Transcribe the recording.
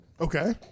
Okay